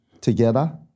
together